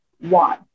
one